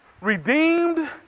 redeemed